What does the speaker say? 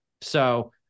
So-